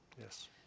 Yes